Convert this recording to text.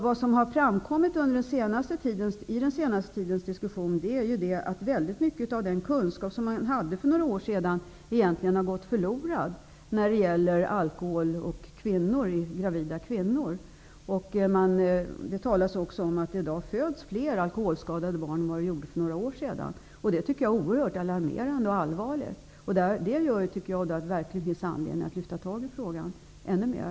Det som har framkommit i den senaste tidens diskussion är att väldigt mycket av den kunskap om alkohol och gravida kvinnor som man hade för några år sedan egentligen har gått förlorad. Det talas också om att det i dag föds fler alkoholskadade barn än det gjorde för några år sedan. Det tycker jag är oerhört alarmerande och allvarligt. Det tycker jag gör att det verkligen finns anledning att ta tag i frågan ännu mer.